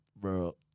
Bro